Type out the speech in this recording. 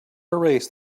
erase